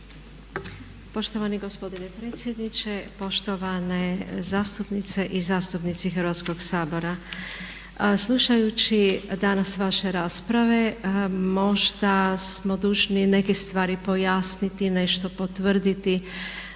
Poštovani gospodine predsjedniče, poštovane zastupnice i zastupnici Hrvatskog sabora. Slušajući danas vaše rasprave možda smo dužni neke stvari pojasniti, nešto potvrditi,